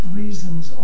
reasons